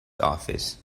office